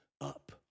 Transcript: up